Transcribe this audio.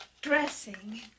dressing